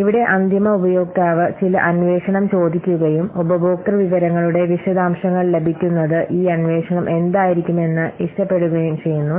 ഇവിടെ അന്തിമ ഉപയോക്താവ് ചില അന്വേഷണം ചോദിക്കുകയും ഉപഭോക്തൃ വിവരങ്ങളുടെ വിശദാംശങ്ങൾ ലഭിക്കുന്നത് ഈ അന്വേഷണം എന്തായിരിക്കുമെന്ന് ഇഷ്ടപ്പെടുകയും ചെയ്യുന്നു